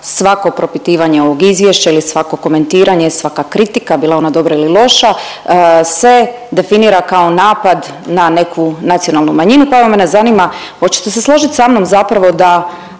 svako propitivanje ovog izvješća ili svako komentiranje, svaka kritika bila ona dobra ili loša se definira kao napad na neku nacionalnu manjinu. Pa evo mene zanima hoćete se složit sa mnom zapravo da